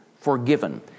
forgiven